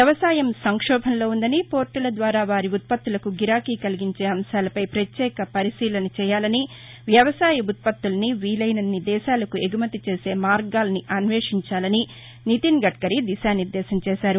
వ్యవసాయం సంక్షోభంలో ఉందని పోర్టుల ద్వారా వారి ఉత్పత్తులకు గిరాకీ కలిగించే అంశాలపై పత్యేక పరిశీలన చేయాలని వ్యవసాయ ఉత్పత్తుల్ని వీలైనన్ని దేశాలకు ఎగుమతి చేసే మార్గాల్ని అన్వేషించాలని దిశానిద్దేశం చేశారు